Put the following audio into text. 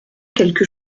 quelque